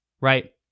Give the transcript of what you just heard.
right